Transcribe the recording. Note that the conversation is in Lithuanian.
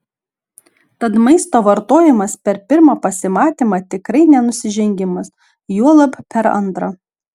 tad maisto vartojimas per pirmą pasimatymą tikrai ne nusižengimas juolab per antrą